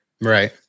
Right